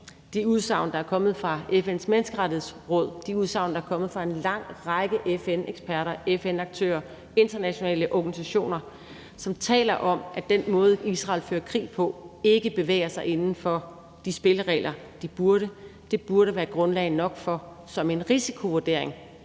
de udsagn, der er kommet fra FN's Menneskerettighedsråd, de udsagn, der er kommet fra en lang række FN-eksperter og FN-aktører og internationale organisationer, som taler om, at den måde, som Israel fører krig på, ikke bevæger sig inden for de spilleregler, de burde, burde være grundlag nok til, at et flertal